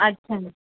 अच्छा